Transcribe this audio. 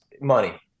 money